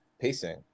pacing